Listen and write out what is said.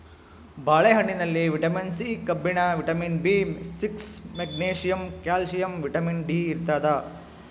ಬಾಳೆ ಹಣ್ಣಿನಲ್ಲಿ vitamin C ಕಬ್ಬಿಣ vitamin B six magnesium calcium vitamin D ಇರ್ತಾದ